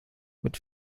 mit